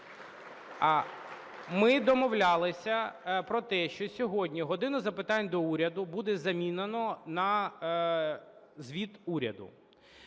Ми домовлялися про те, що сьогодні "годину запитань до Уряду" буде замінено на звіт уряду.